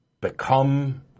Become